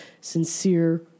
sincere